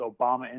Obama